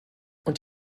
und